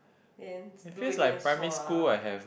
then do already then sua ah